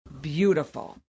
beautiful